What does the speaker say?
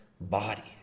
body